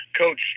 Coach